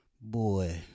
Boy